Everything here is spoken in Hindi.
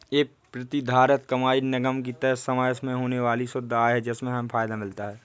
ये प्रतिधारित कमाई निगम की तय समय में होने वाली शुद्ध आय है जिससे हमें फायदा मिलता है